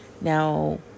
Now